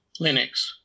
Linux